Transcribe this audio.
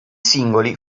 singoli